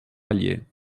allier